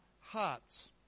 hearts